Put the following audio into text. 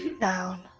down